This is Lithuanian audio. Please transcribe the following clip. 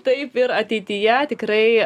taip ir ateityje tikrai